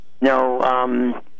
no